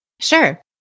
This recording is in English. Sure